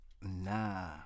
Nah